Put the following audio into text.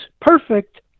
perfect